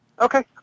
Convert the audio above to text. Okay